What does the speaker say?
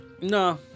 No